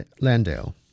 Landale